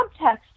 subtext